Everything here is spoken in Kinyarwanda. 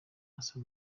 yasa